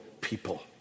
people